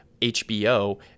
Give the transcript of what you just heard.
HBO